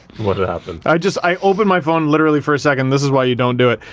what ah happened? i just i opened my phone, literally for a second. this is why you don't do it.